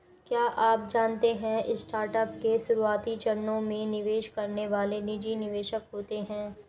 क्या आप जानते है स्टार्टअप के शुरुआती चरणों में निवेश करने वाले निजी निवेशक होते है?